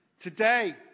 Today